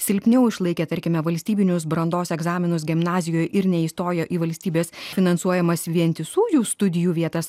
silpniau išlaikė tarkime valstybinius brandos egzaminus gimnazijoj ir neįstojo į valstybės finansuojamas vientisųjų studijų vietas